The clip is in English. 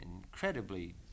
incredibly